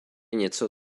něco